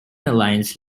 alliance